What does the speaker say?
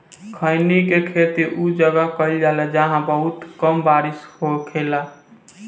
खईनी के खेती उ जगह पर कईल जाला जाहां बहुत कम बारिश होखेला